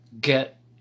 get